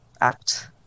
Act